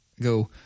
go